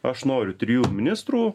aš noriu trijų ministrų